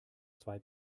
zwei